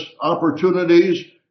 opportunities